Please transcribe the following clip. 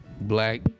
Black